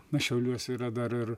na šiauliuos yra dar ir